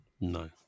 No